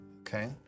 Okay